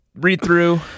read-through